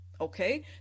okay